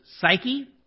psyche